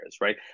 right